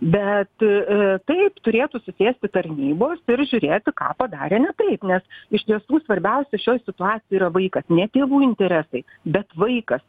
bet a taip turėtų susėsti tarnybos ir žiūrėti ką padarė ne taip nes iš tiesų svarbiausia šioj situacijoj yra vaikas ne tėvų interesai bet vaikas